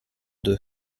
deux